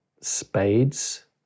spades